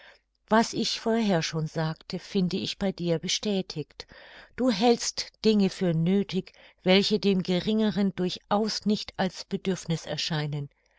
was ich vorher schon sagte finde ich bei dir bestätigt du hältst dinge für nöthig welche dem geringeren durchaus nicht als bedürfniß erscheinen